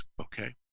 okay